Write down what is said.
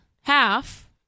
half